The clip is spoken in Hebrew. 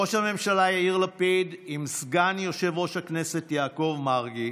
ראש הממשלה יאיר לפיד עם סגן יושב-ראש הכנסת יעקב מרגי,